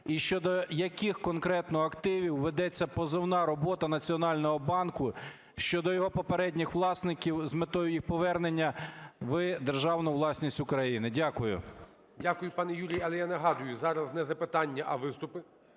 і щодо яких конкретно активів ведеться позовна робота Національного банку щодо його попередніх власників з метою їх повернення в державну власність України? Дякую. ГОЛОВУЮЧИЙ. Дякую, пане Юрій. Але я нагадую, зараз не запитання, а виступи.